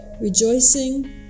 rejoicing